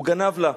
הוא גנב לה.